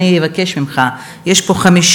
אבל מה שאני אומר, מאה